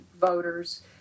voters